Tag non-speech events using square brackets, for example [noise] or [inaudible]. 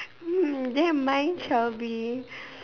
[noise] then mine shall be